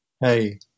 hey